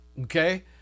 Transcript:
okay